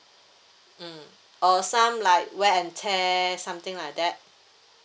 mm or some like wear and tear something like that